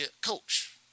coach